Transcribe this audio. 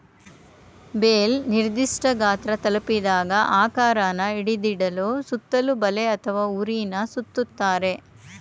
bale ನಿರ್ದಿಷ್ಠ ಗಾತ್ರ ತಲುಪಿದಾಗ ಆಕಾರನ ಹಿಡಿದಿಡ್ಲು ಸುತ್ತಲೂ ಬಲೆ ಅಥವಾ ಹುರಿನ ಸುತ್ತುತ್ತಾರೆ